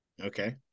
Okay